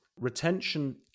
retention